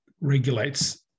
regulates